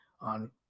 on